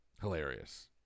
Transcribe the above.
hilarious